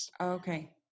Okay